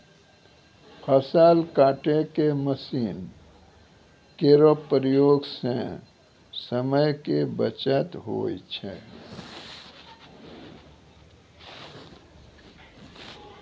फसल काटै के मसीन केरो प्रयोग सें समय के बचत होय छै